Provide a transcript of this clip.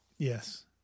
Yes